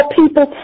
people